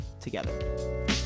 together